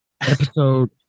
episode